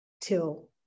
till